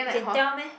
you can tell meh